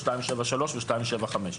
273 ו-275.